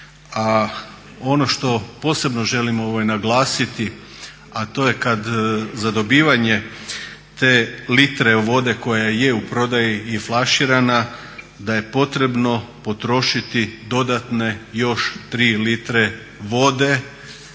ono što posebno želim naglasiti a to je kad za dobivanje te litre vode koja je u prodaji i flaširana da je potrebno potrošiti dodatne još tri litre vode